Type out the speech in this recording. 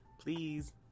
please